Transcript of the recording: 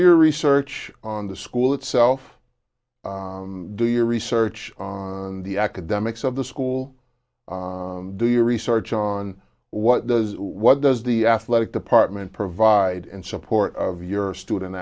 your research on the school itself do your research on the academics of the school do your research on what does what does the athletic department provide and support of your student